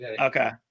okay